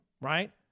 right